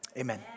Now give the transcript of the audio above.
Amen